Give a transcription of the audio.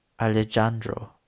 Alejandro